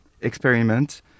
experiment